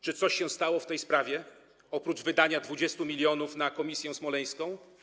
Czy coś się stało w tej sprawie oprócz wydania 20 mln na komisję smoleńską?